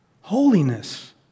holiness